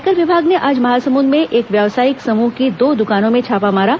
आयकर विभाग ने आज महासमुंद में एक व्यावसायिक समूह की दो दुकानों में छापा मारा